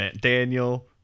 Daniel